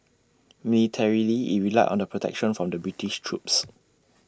militarily IT relied on the protections from the British troops